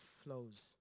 flows